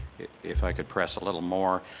if i could press a little more,